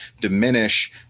diminish